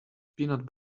peanut